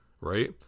right